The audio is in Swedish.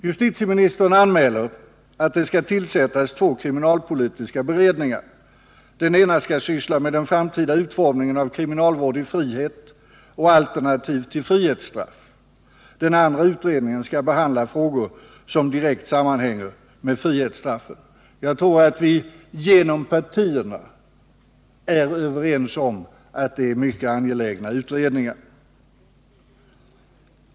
Justitieministern anmäler att det skall tillsättas två kriminalpolitiska beredningar. Den ena skall syssla med den framtida utformningen av kriminalvård i frihet och alternativ till frihetsstraff. Den andra utredningen skall behandla frågor som direkt sammanhänger med frihetsstraffen. Jag tror att vi inom partierna är överens om att det är mycket angelägna utredningar.